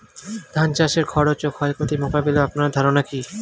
ধান চাষের খরচ ও ক্ষয়ক্ষতি মোকাবিলায় আপনার ধারণা কী?